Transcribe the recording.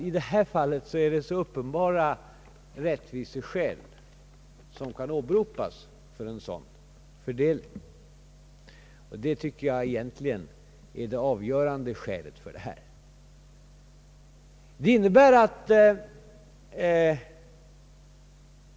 I det här fallet kan så uppenbara rättviseskäl åberopas för en sådan fördelning, att jag tycker att de är det avgörande.